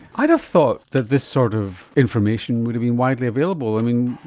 i'd have thought that this sort of information would have been widely available. i mean,